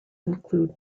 include